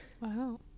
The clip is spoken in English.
wow